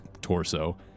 torso